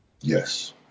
Yes